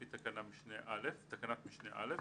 לכן אמרתי שזה דיון סרק.